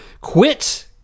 quit